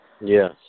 Yes